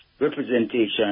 representation